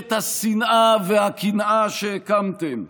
ממשלת השנאה והקנאה שהקמתם,